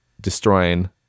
destroying